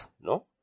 no